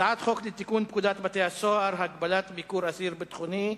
הצעת חוק לתיקון פקודת בתי-הסוהר (הגבלת ביקור אסיר ביטחוני),